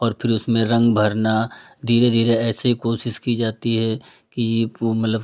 और फिर उसमें रंग भरना धीरे धीरे ऐसे ही कोशिश की जाती है कि वो मतलब